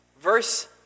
verse